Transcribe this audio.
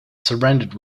surrendered